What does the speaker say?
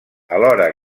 alhora